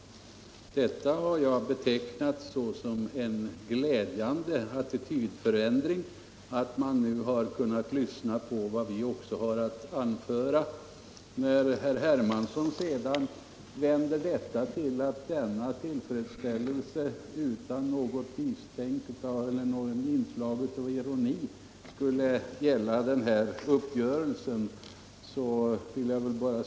Jag har betecknat det som en glädjande attitydförändring att man nu också har kunnat lyssna till vad vi har att anföra. Herr Hermansson vänder denna min tillfredsställelse till skadeglädje över själva uppgörelsen.